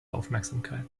aufmerksamkeit